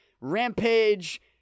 Rampage